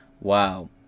wow